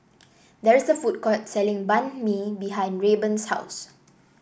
there is a food court selling Banh Mi behind Rayburn's house